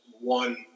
one